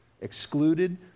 excluded